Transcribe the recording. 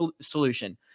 solution